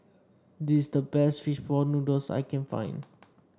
this is the best fish ball noodles I can find